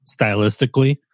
stylistically